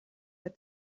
der